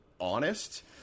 honest